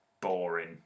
boring